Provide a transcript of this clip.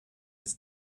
his